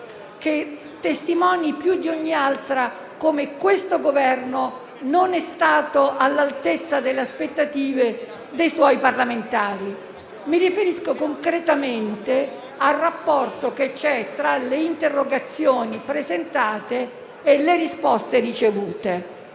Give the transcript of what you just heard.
credo testimoni più di ogni altra come questo Governo non sia stato all'altezza delle aspettative dei suoi parlamentari. Mi riferisco, concretamente, al rapporto che c'è tra le interrogazioni presentate e le risposte ricevute.